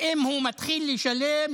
אם הוא מתחיל לשלם.